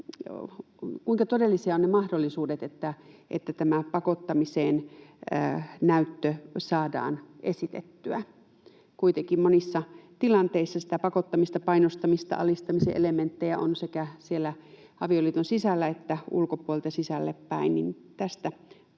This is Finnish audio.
kuinka todellisia ovat ne mahdollisuudet, että tämä pakottamiseen näyttö saadaan esitettyä? Koska kuitenkin monissa tilanteissa sitä pakottamista, painostamista, alistamisen elementtejä on sekä siellä avioliiton sisällä että ulkopuolelta sisällepäin,